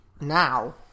now